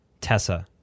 Tessa